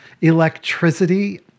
electricity